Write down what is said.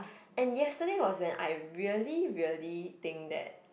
and yesterday was when I really really think that